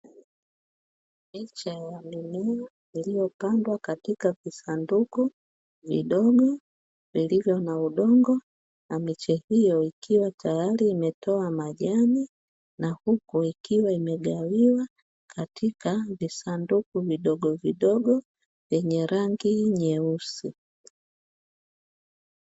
Miche ya Mimea iliyopandwa katika visanduku vidogo vilivyo na udongo na miche hiyo ikiwa tayari imetoa majani, na huku ikiwa imegawiwa katika visanduku vidogovidogo vyenye rangi nyeusi.